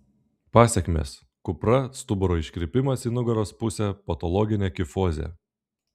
pasekmės kupra stuburo iškrypimas į nugaros pusę patologinė kifozė